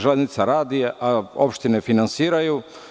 Železnica radi, a opštine finansiraju.